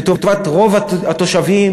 לטובת רוב התושבים,